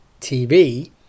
TV